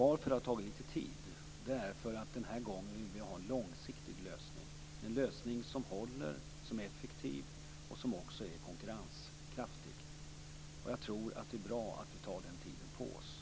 Att det har tagit lite tid beror på att vi den här gången vill ha en långsiktig lösning, en lösning som håller, som är effektiv och som också är konkurrenskraftig, och jag tror att det är bra att vi tar den tiden på oss.